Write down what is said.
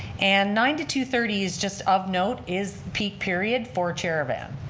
and nine to two thirty is just of note, is peak period for chair-a-van.